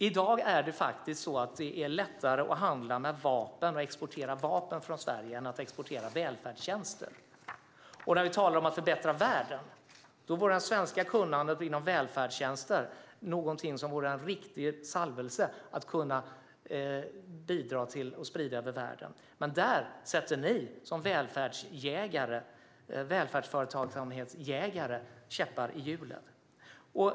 I dag är det faktiskt lättare att handla med vapen och exportera dem från Sverige än att exportera välfärdstjänster. Om vi ska tala om att förbättra världen vore det svenska kunnandet inom välfärdstjänster en riktig välsignelse att kunna bidra med och sprida över världen. Men där sätter ni som välfärdsföretagsamhetsjägare käppar i hjulet.